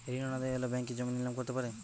ঋণ অনাদায়ি হলে ব্যাঙ্ক কি জমি নিলাম করতে পারে?